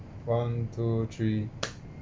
one two three